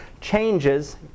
changes